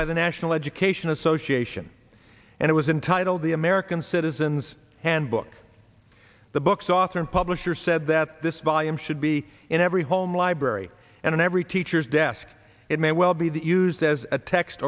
by the national education association and it was entitled the american citizens handbook the book's author and publisher said that this volume should be in every home library and in every teacher's desk it may well be that used as a text